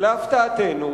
למרבה ההפתעה,